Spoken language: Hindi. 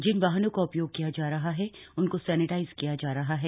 जिन वाहनों का उपयोग किया जा रहा है उनको सैनिटाइज किया जा रहा है